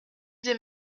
des